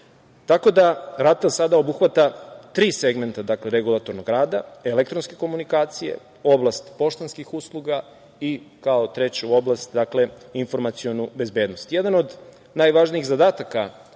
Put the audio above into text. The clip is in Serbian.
da RATEL sada obuhvata tri segmenta regulatornog rada, elektronske komunikacije, oblast poštanskih usluga i kao treću oblast – informacionu bezbednost. Jedan od najvažnijih zadataka